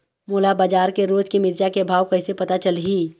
मोला बजार के रोज के मिरचा के भाव कइसे पता चलही?